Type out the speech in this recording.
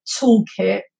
toolkit